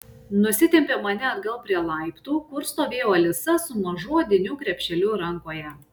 nusitempė mane atgal prie laiptų kur stovėjo alisa su mažu odiniu krepšeliu rankoje